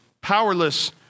powerless